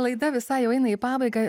laida visai jau eina į pabaigą